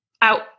out